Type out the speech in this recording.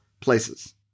places